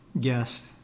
guest